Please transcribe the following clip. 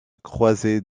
croisée